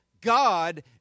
God